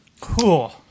cool